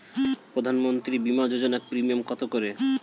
প্রধানমন্ত্রী বিমা যোজনা প্রিমিয়াম কত করে?